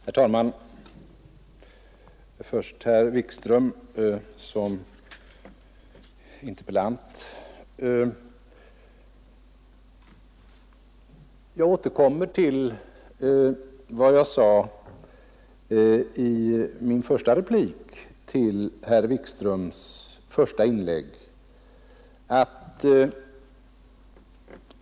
Herr talman! Först riktar jag mig till herr Wikström som interpellant. Jag återkommer till vad jag sade i min replik till herr Wikströms första inlägg.